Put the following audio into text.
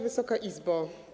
Wysoka Izbo!